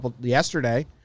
yesterday